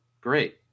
Great